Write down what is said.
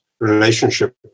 relationship